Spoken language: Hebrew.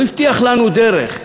הוא הבטיח לנו דרך,